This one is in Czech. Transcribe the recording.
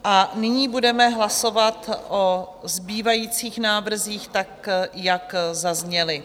A nyní budeme hlasovat o zbývajících návrzích tak, jak zazněly.